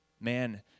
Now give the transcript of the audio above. Man